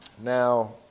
Now